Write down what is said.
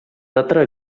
altres